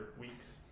weeks